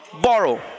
borrow